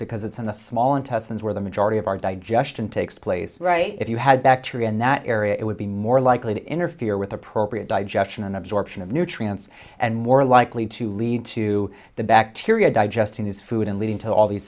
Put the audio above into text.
because it's in the small intestines where the majority of our digestion takes place right if you had bacteria in that area it would be more likely to interfere with appropriate digestion and absorption of nutrients and more likely to lead to the bacteria digesting his food and leading to all these